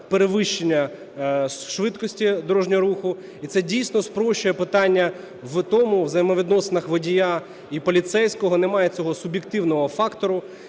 перевищення швидкості дорожнього руху, і це дійсно спрощує питання в тому, у взаємовідносинах водія і поліцейського немає цього суб'єктивного фактору.